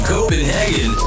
Copenhagen